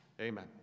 Amen